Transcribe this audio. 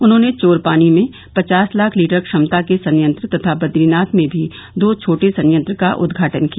उन्होंने चोरपानी में पचास लाख लीटर क्षमता के संयंत्र तथा बद्रीनाथ में भी दो छोटे संयंत्रों का भी उद्घाटन किया